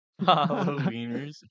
Halloweeners